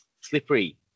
Slippery